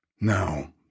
Now